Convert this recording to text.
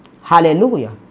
Hallelujah